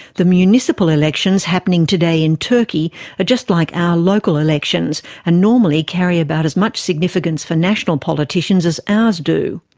the municipal elections happening today in turkey are just like our local elections and normally carry about as much significance for national politicians as ours do.